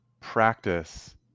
practice